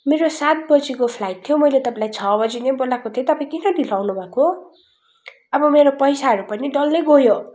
मेरो सात बजीको फ्लाइट थियो मैले तपाईँलाई छ बजी नै बोलाएको थिएँ तपाईँ किन ढिलो आउनु भएको अब मेरो पैसाहरू पनि डल्लै गयो